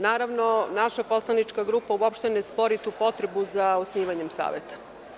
Naravno, naša poslanička grupa uopšte ne spori tu potrebu za osnivanjem Saveta.